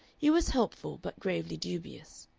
he was helpful, but gravely dubious.